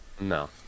no